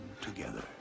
together